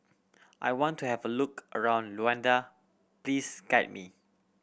I want to have a look around Luanda please guide me